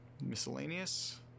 Miscellaneous